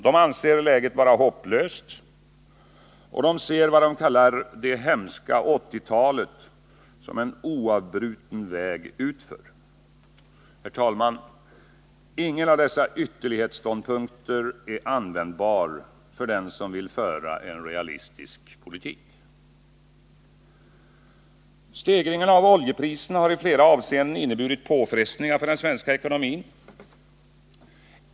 De anser att läget är hopplöst och ser vad de kallar ”det hemska 1980-talet” som en oavbruten väg utför. Herr talman! Ingen av dessa ytterlighetsståndpunkter är användbar för dem som vill föra en realistisk politik. Stegringarna av oljepriserna har i flera avseenden inneburit påfrestningar för den svenska ekonomin.